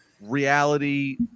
reality